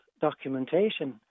documentation